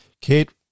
Kate